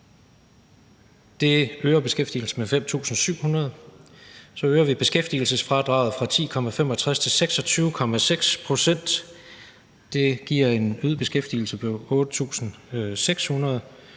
Det øger beskæftigelsen med 5.700. Så øger vi beskæftigelsesfradraget fra 10,65 pct. til 26,6 pct. Det giver en øget beskæftigelse på 8.600,